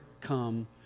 come